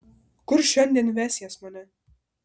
kur šiandien vesies mane